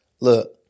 Look